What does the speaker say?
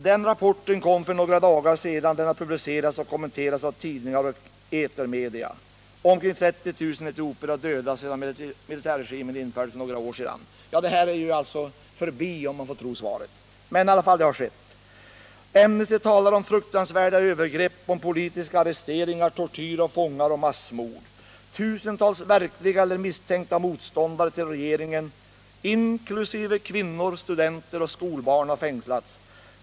Den rapporten kom för några dagar sedan, den har publicerats och kommenterats av tidningar och etermedia: Omkring 30 000 etiopier har dödats sedan militärregimen infördes för några år sedan.” Det här är alltså förbi, om vi får tro svaret, men det har ändå skett. ”AMNESTY talar om fruktansvärda övergrepp, om politiska arresteringar, tortyrav fångar, och massmord. Tusentals verkliga eller misstänkta motståndare till regeringen, inklusive kvinnor, studenter och skolbarn har fängslats.